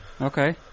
Okay